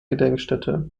gedenkstätte